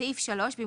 בסעיף 3 לחוק העיקרי,